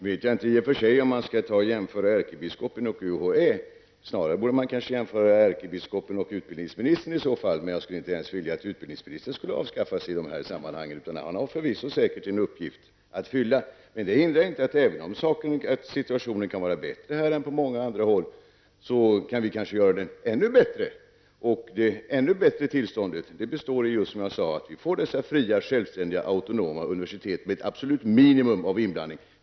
Herr talman! Jag vet inte om man skall jämföra UHÄ med ärkebiskopen. Snarare borde man kanske i så fall jämföra ärkebiskopen med utbildningsministern. Men jag skulle inte ens vilja att utbildningsministern avskaffades i de här sammanhangen -- han har säkert en uppgift att fylla. Även om situationen här kan vara bättre än på många andra håll kan vi kanske göra den ännu bättre. Det ännu bättre tillståndet består, som jag sade, just i att vi får fria, autonoma universitet med ett absolut minimum av inblandning.